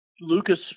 Lucas